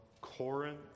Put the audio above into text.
Corinth